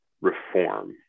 reform